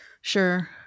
Sure